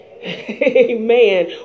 Amen